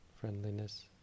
friendliness